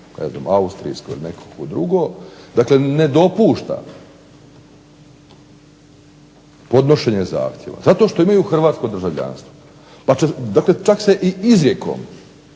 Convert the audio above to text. recimo austrijsko ili neko drugo ne dopušta podnošenje zahtjeva, zato što imaju hrvatsko državljanstvo. Pa čak se i izrijekom